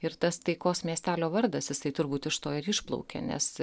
ir tas taikos miestelio vardas jisai turbūt iš to ir išplaukė nes